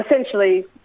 essentially